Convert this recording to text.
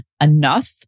enough